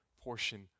portion